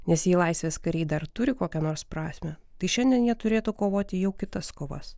nes jei laisvės kariai dar turi kokią nors prasmę tai šiandien jie turėtų kovoti jau kitas kovas